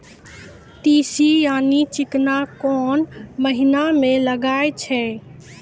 तीसी यानि चिकना कोन महिना म लगाय छै?